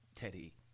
Teddy